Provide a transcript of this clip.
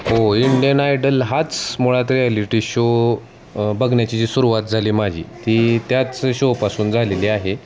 हो Indian Idol हाच मुळात रिॲलिटी शो बघण्याची जी सुरवात झाली माझी ती त्याच शोपासून झालेली आहे